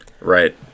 Right